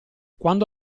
quando